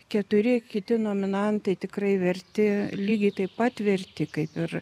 keturi kiti nominantai tikrai verti lygiai taip pat verti kaip ir